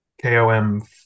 KOM